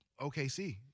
okc